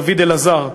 דוד אלעזר,